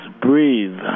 Breathe